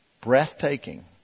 Breathtaking